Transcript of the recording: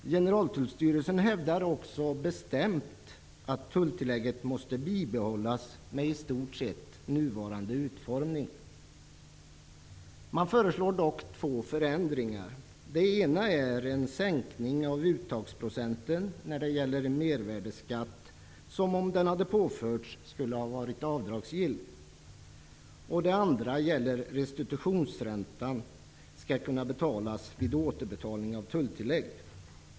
Generaltullstyrelsen hävdar också bestämt att tulltillägget måste bibehållas med i stort sett nuvarande utformning. Man föreslår dock två förändringar. Den ena är en sänkning av uttagsprocenten när det gäller mervärdesskatt som, om den hade påförts, skulle ha varit avdragsgill. Den andra gäller att restitutionsränta skall betalas vid återbetalning av tulltillägg.